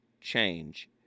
change